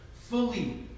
fully